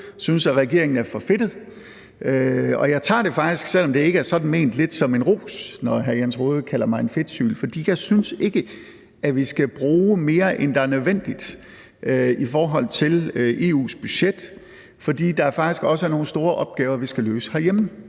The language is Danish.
synes, at regeringen er for fedtet. Jeg tager det faktisk, selv om det ikke er sådan ment, lidt som en ros, når hr. Jens Rohde kalder mig en fedtsyl, fordi jeg synes ikke, at vi skal bruge mere, end der er nødvendigt i forhold til EU's budget, fordi der faktisk også er nogle store opgaver, vi skal løse herhjemme.